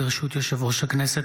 ברשות יושב-ראש הכנסת,